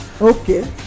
okay